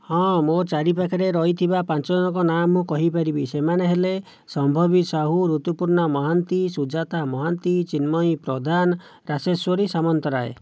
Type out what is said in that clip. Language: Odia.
ହଁ ମୋ' ଚାରିପାଖରେ ରହିଥିବା ପାଞ୍ଚ ଜଣଙ୍କ ନାଁ ମୁଁ କହିପାରିବି ସେମାନେ ହେଲେ ସମ୍ଭବି ସାହୁ ଋତୁପୂର୍ଣ୍ଣା ମହାନ୍ତି ସୁଜାତା ମହାନ୍ତି ଚିନ୍ମୟୀ ପ୍ରଧାନ ରାସେଶ୍ଵରୀ ସାମନ୍ତରାଏ